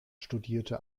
studierte